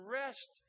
rest